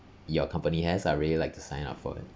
your company has I'd really like to sign up for it